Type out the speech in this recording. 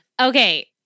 Okay